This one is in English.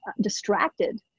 distracted